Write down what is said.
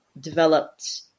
developed